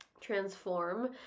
transform